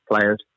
players